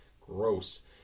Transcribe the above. gross